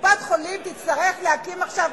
קופת-חולים תצטרך להקים עכשיו,